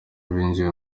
winjiye